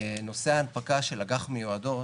נושא ההנפקה של אג"ח מיועדות